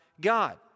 God